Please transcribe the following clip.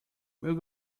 we’ll